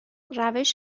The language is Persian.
روش